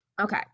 okay